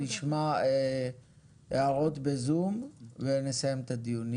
נשמע הערות בזום ונסיים את הדיון,